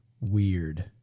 weird